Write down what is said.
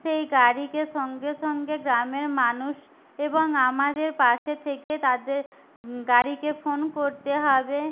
সেই গাড়িকে সঙ্গে সঙ্গে গ্রামের মানুষ এবং আমাদের পাশে থেকে তাদের গাড়িকে ফোন করতে হবে